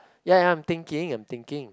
ya ya ya I am thinking I am thinking